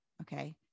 Okay